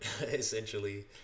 essentially